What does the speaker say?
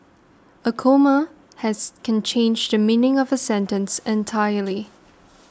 a comma has can change the meaning of a sentence entirely